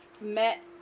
met